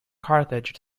carthage